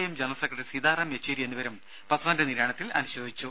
M general secretary Sitaram Yechury എന്നിവരും പസ്വാന്റെ നിര്യാണത്തിൽ അനുശോചിച്ചു